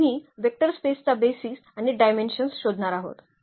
तर आम्ही वेक्टर स्पेसचा बेसीस आणि डायमेन्शन्स शोधणार आहोत